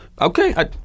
okay